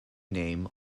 name